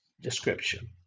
description